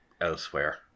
elsewhere